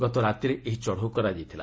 ଗତରାତିରେ ଏହି ଚଢ଼ଉ କରାଯାଇଥିଲା